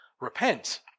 Repent